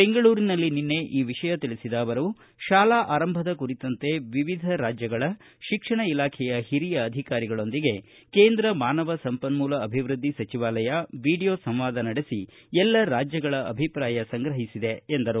ಬೆಂಗಳೂರಿನಲ್ಲಿ ನಿನ್ನೆ ಈ ವಿಷಯ ತಿಳಿಸಿದ ಅವರು ಶಾಲಾ ಅರಂಭದ ಕುರಿತಂತೆ ವಿವಿಧ ರಾಜ್ಯಗಳ ಶಿಕ್ಷಣ ಇಲಾಖೆಯ ಹಿರಿಯ ಅಧಿಕಾರಿಗಳೊಂದಿಗೆ ಕೇಂದ್ರ ಮಾನವ ಸಂಪನ್ನೂಲ ಅಭಿವೃದ್ದಿ ಸಚಿವಾಲಯ ವಿಡಿಯೋ ಸಂವಾದ ನಡೆಸಿ ಎಲ್ಲ ರಾಜ್ಯಗಳ ಅಭಿಪ್ರಾಯ ಸಂಗ್ರಹಿಸಿದೆ ಎಂದರು